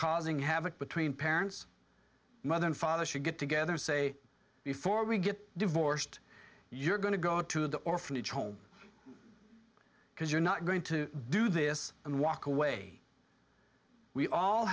causing havoc between parents mother and father should get together say before we get divorced you're going to go to the orphanage home because you're not going to do this and walk away we all